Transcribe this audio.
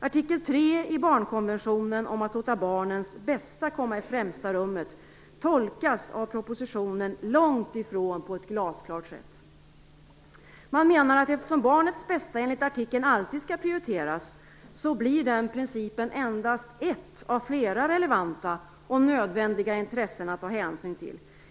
Artikel 3 i barnkonventionen om att låta barnens bästa komma i främsta rummet tolkas i propositionen på ett långt ifrån glasklart sätt. Eftersom barnets bästa alltid skall prioriteras enligt artikeln, menar man att den principen endast blir ett av flera relevanta och nödvändiga intressen att ta hänsyn till.